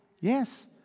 Yes